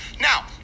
Now